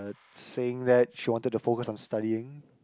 saying that she wanted to focus on studying